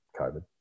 COVID